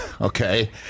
okay